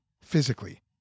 physically